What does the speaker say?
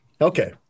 Okay